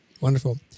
Wonderful